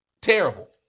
Terrible